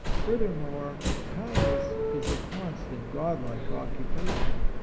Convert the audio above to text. furthermore, kindness is a con stant godlike occupation,